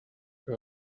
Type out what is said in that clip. que